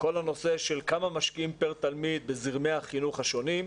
כמה משקיעים פר תלמיד בזרמי החינוך השונים,